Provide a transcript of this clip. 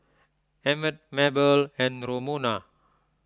Emmett Mabel and Romona